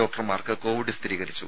ഡോക്ടർമാർക്ക് കോവിഡ് സ്ഥിരീകരിച്ചു